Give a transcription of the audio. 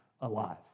alive